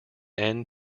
end